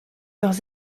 leurs